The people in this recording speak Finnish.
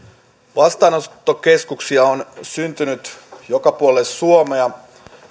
vastaanottokeskuksia on syntynyt joka puolelle suomea